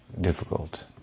difficult